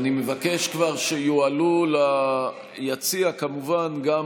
ואני מבקש כבר שיועלה ליציע כמובן גם